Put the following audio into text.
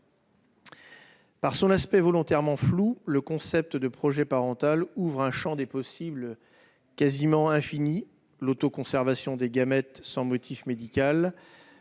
Par son aspect volontairement flou, ce concept ouvre un champ des possibles quasiment infini : l'autoconservation de gamètes sans motif médical,